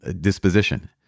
disposition